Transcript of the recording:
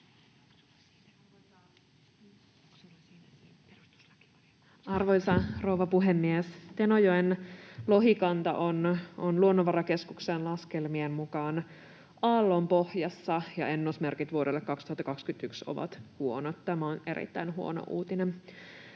Arvoisa rouva puhemies! Tenojoen lohikanta on Luonnonvarakeskuksen laskelmien mukaan aallonpohjassa, ja ennusmerkit vuodelle 2021 ovat huonot. Tämä on erittäin huono uutinen.